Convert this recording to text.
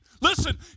Listen